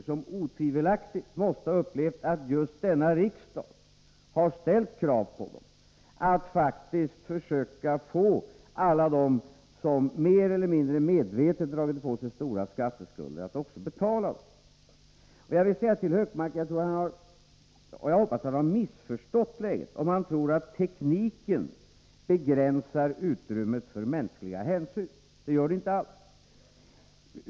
Dessa måste otvivelaktigt ha upplevt det så, att just denna riksdag faktiskt har ställt krav på dem att försöka få alla dem som mer eller mindre medvetet dragit på sig stora skatteskulder att betala dem. Jag tror och hoppas att Gunnar Hökmark missförstått läget, om han tror att tekniken begränsar utrymmet för mänskliga hänsyn. Det gör den inte alls.